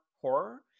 horror